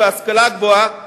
להשכלה הגבוהה,